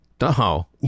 No